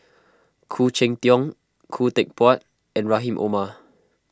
Khoo Cheng Tiong Khoo Teck Puat and Rahim Omar